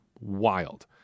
Wild